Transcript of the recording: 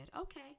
okay